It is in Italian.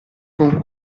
con